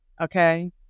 Okay